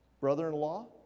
Brother-in-law